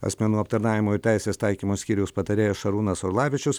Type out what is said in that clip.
asmenų aptarnavimo ir teisės taikymo skyriaus patarėjas šarūnas orlavičius